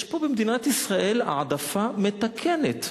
יש פה במדינת ישראל העדפה מתקנת.